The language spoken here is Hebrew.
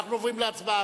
אנחנו עוברים להצבעה,